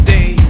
Day